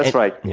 right.